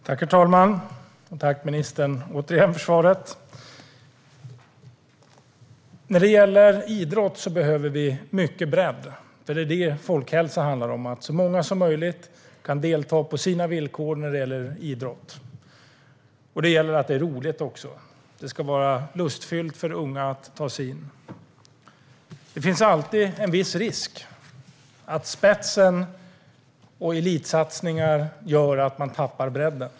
Herr talman! Tack återigen, ministern, för svaret! När det gäller idrott behöver vi mycket bredd. Det är det folkhälsa handlar om - att så många som möjligt kan delta på sina villkor när det gäller idrott. Det gäller också att det är roligt. Det ska vara lustfyllt för unga att ta sig in. Det finns alltid en viss risk för att spets och elitsatsningar gör att man tappar bredden.